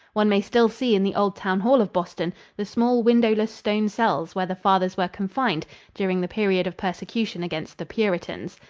one may still see in the old town hall of boston the small, windowless stone cells where the fathers were confined during the period of persecution against the puritans.